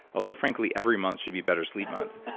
although frankly, every month should be better sleep month.